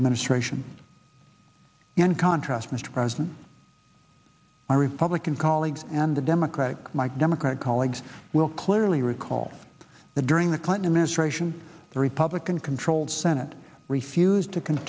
administration in contrast mr president my republican colleagues and the democratic my democratic colleagues will clearly recall that during the clinton administration the republican controlled senate refused to c